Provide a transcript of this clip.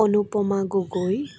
Anupama Gogoi